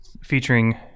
featuring